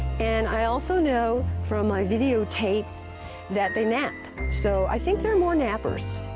and i also know from my videotape that they nap. so i think they're more nappers.